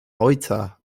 ojca